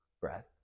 breath